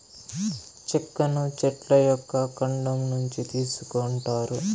చెక్కను చెట్ల యొక్క కాండం నుంచి తీసుకొంటారు